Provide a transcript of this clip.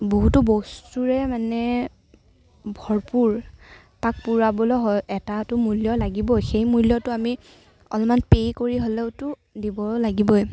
বহুতো বস্তুৰে মানে ভৰপূৰ তাক পূৰাবলৈ এটাতো মূল্য লাগিবই সেই মূল্যটো আমি অলপমান পে' কৰি হ'লেওটো দিব লাগিবই